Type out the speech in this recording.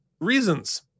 reasons